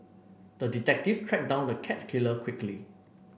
the detective tracked down the cat killer quickly